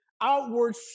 outward